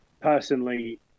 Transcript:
Personally